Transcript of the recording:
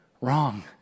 wrong